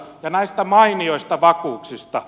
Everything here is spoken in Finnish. ja näistä mainioista vakuuksista